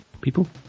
people